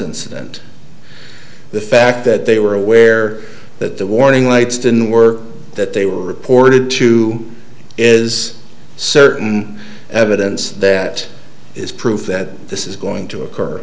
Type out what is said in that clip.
incident the fact that they were aware that the warning lights didn't work that they were reported to is certain evidence that is proof that this is going to occur